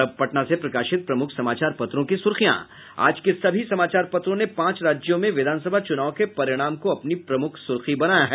और अब पटना से प्रकाशित प्रमुख समाचार पत्रों की सुर्खियां आज के सभी समाचार पत्रों ने पांच राज्यों में विधानसभा चुनाव के परिणाम को अपनी प्रमुख सुर्खी बनाया है